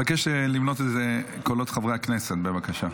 אבקש למנות את קולות חברי הכנסת, בבקשה.